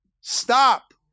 Stop